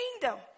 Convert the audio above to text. kingdom